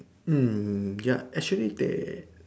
mm ya actually they